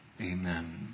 Amen